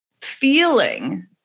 feeling